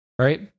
right